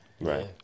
Right